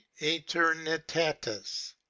eternitatis